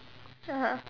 (uh huh)